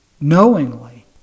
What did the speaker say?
knowingly